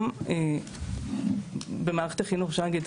וגם במערכת החינוך צריך לתת